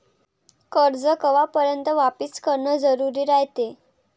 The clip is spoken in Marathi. कर्ज कवापर्यंत वापिस करन जरुरी रायते?